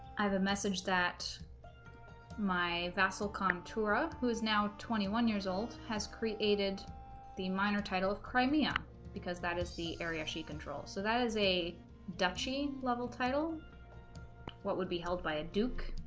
i have a message that my vassal conturo who is now twenty one years old has created the minor title of crimea because that is the area she control so that is a duchy level title what would be held by a duke